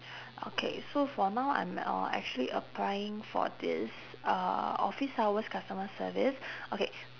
okay so for now I'm uh actually applying for this uh office hours customer service okay